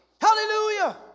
Hallelujah